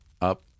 up